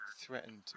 threatened